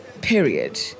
period